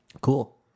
Cool